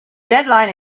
deadline